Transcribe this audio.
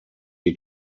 jej